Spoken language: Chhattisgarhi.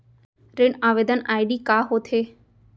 ऋण आवेदन आई.डी का होत हे?